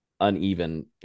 uneven